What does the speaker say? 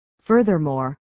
Furthermore